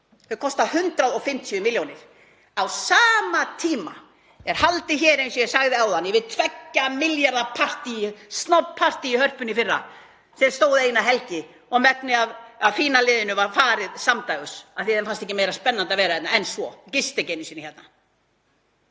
þau kosta 150 milljónir. Á sama tíma er haldið hér, eins og ég sagði áðan, yfir 2 milljarða snobbpartí í Hörpunni í fyrra sem stóð eina helgi og megnið af fína liðinu var farið samdægurs af því að þeim fannst ekki meira spennandi að vera þarna en svo, það gisti ekki einu sinni hérna.